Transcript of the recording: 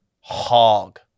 hog